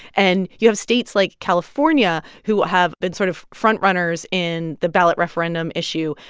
and you have states like california who have been sort of frontrunners in the ballot referendum issue.